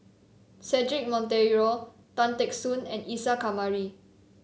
Cedric Monteiro Tan Teck Soon and Isa Kamari